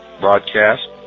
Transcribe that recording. broadcast